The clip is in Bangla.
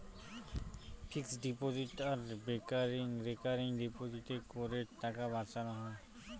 ফিক্সড ডিপোজিট আর রেকারিং ডিপোজিটে করের টাকা বাঁচানো হয়